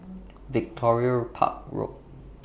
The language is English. Victoria Park Road